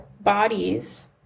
bodies